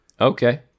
Okay